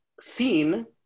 seen